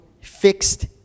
fixed